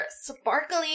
sparkly